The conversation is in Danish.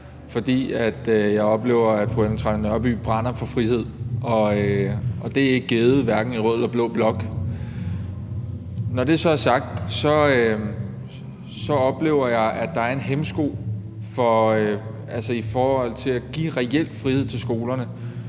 for jeg oplever, at fru Ellen Trane Nørby brænder for frihed, og det er ikke givet, hverken i rød eller blå blok. Når det så er sagt, oplever jeg, at der er en hæmsko i forhold til at give reel frihed til skolerne